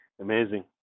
Amazing